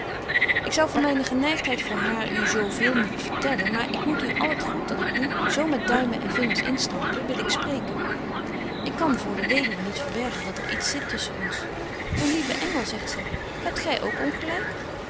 ik zou van myne geneigtheid voor haar u zo veel niet vertellen maar ik moet u al t goed dat ik doe zo met duimen en vingers instampen wil ik spreken ik kan voor de weduwe niet verbergen dat er iets zit tusschen ons myn lieve engel zei ze hebt gy ook ongelyk